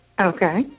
Okay